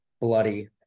bloody